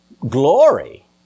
Glory